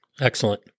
Excellent